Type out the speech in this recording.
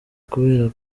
kubera